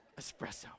Espresso